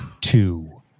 two